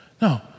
no